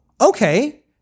okay